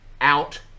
out